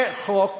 זה חוק